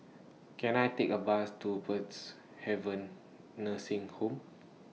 Can I Take A Bus to Peacehaven Nursing Home